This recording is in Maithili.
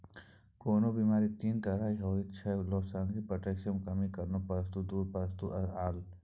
कोनो बेमारी तीन तरहक होइत छै लसेंगियाह, पौष्टिकक कमी कारणेँ आ पुस्त दर पुस्त आएल